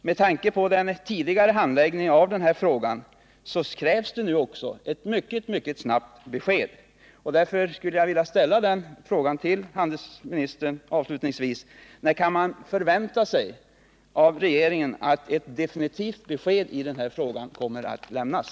Med tanke på den tidigare handläggningen av denna fråga krävs nu också ett snabbt besked. Därför skulle jag avslutningsvis vilja ställa den frågan till handelsministern: När kan man förvänta sig av regeringen att ett definitivt besked i denna fråga kommer att lämnas?